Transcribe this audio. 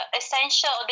essential